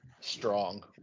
strong